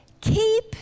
keep